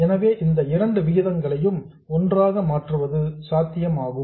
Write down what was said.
எனவே இந்த இரண்டு விதங்களையும் ஒன்றாக மாற்றுவது சாத்தியமாகும்